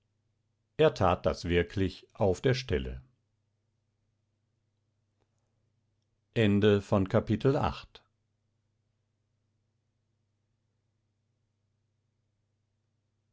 er tat das wirklich auf der stelle